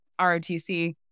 ROTC